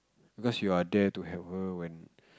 because you are there to help her when